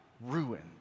ruined